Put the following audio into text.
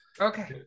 okay